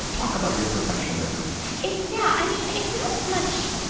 talk about your perfectionism. it, yeah. i mean, it's not as much,